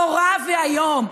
נורא ואיום.